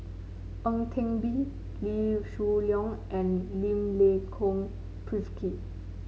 Ang Teck Bee Lee Shoo Leong and Milenko Prvacki